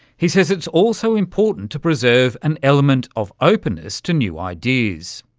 he says it's also important to preserve an element of openness to new ideas.